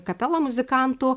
kapela muzikantų